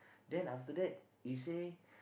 then after that he say